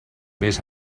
vés